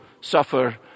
suffer